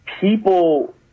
People